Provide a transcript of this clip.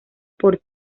por